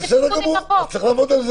בסדר גמור, אז צריך לעבוד על זה.